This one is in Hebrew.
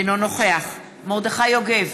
אינו נוכח מרדכי יוגב,